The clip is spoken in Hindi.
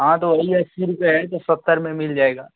हाँ तो वही अस्सी रुपये हैं तो सत्तर में मिल जाएगा